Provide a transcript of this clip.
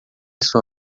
isso